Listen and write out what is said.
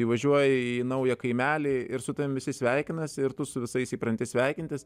įvažiuoji į naują kaimelį ir su tavimi visi sveikinasi ir tu su visais įpranti sveikintis